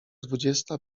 dwudziesta